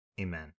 Amen